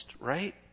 right